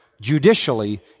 judicially